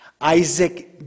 Isaac